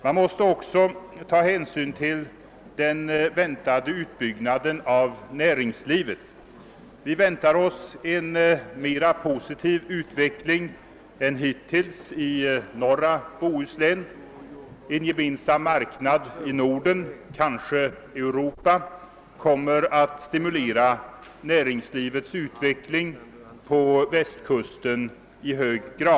Man måste också ta hänsyn till den väntade utbyggnaden av näringslivet. Vi ser i norra Bohuslän fram emot en mera positiv utveckling än hittills. En gemensam nordisk och kanske europeisk marknad skulle i hög grad stimulera näringslivets utveckling på Västkusten.